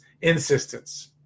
insistence